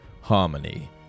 Harmony